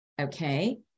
Okay